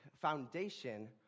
foundation